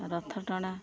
ରଥ ଟଣା